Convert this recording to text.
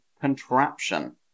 contraption